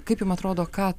kaip jum atrodo ką